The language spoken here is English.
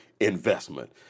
investment